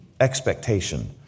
Expectation